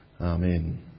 Amen